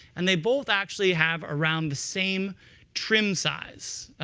and they both actually have around the same trim size.